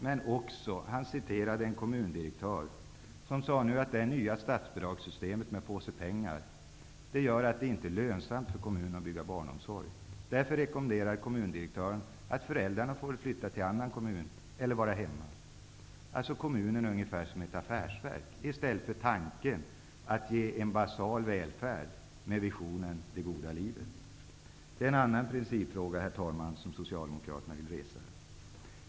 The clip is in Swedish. Men han citerade också en kommundirektör som sagt att det nya statsbidragssystemet med en påse pengar gör att det inte är lönsamt för kommunerna att bygga ut barnomsorg. Kommundirektören rekommenderar därför föräldrarna att flytta till en annan kommun eller att vara hemma. Kommunen fungerar alltså ungefär som ett affärsverk, i stället för att fungera efter tanken att ge medborgarna en basal välfärd med en vision om det goda livet. Det är, herr talman, en annan princip som Socialdemokraterna vill ta upp.